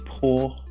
poor